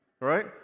right